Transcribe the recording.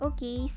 Okay